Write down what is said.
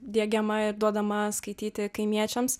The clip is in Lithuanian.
diegiama ir duodama skaityti kaimiečiams